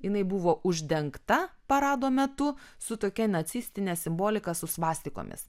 jinai buvo uždengta parado metu su tokia nacistine simbolika su svastikomis